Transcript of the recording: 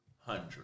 hundred